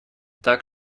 так